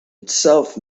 itself